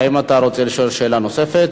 אנחנו עוברים לשאלה הבאה.